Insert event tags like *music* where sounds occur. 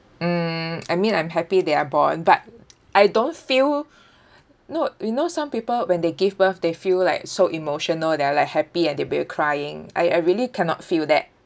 mm I mean I'm happy they are born but I don't feel *breath* know you know some people when they give birth they feel like so emotional they were like happy they'll be crying I I really cannot feel that